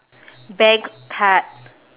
bank card